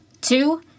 Two